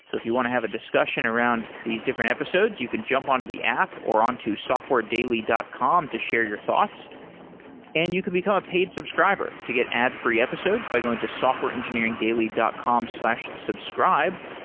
so if you want to have a discussion around these different episodes, you can jump onto the app, or onto softwaredaily dot com to share your thoughts and you can become a paid subscriber to get ad-free episodes by going to softwareengineeringdaily dot com subscribe.